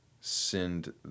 send